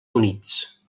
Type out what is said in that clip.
units